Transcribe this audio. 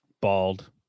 Bald